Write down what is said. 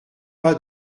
pas